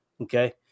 Okay